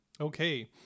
Okay